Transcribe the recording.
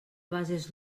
bases